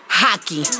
hockey